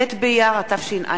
ט' באייר התשע"ב,